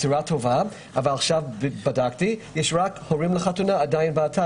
בדקתי ובאתר מופיע רק הורים לטובת חתונה.